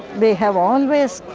we have always